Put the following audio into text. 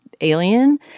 alien